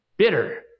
bitter